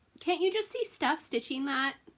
can't you just see stuff stitching that?